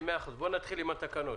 בואי נתחיל עם התקנות.